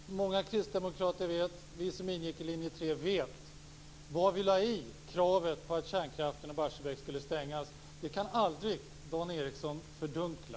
Fru talman! Jag vet, många kristdemokrater vet och vi som ingick i linje 3 vet vad vi lade i kravet på att kärnkraften och Barsebäck skulle stängas. Det kan aldrig Dan Ericsson fördunkla.